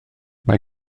mae